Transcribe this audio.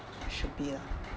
should be lah